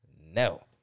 No